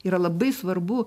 yra labai svarbu